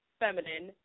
feminine